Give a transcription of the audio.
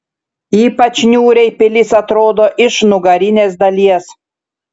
ypač niūriai pilis atrodo iš nugarinės dalies